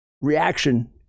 reaction